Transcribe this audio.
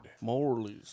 Morley's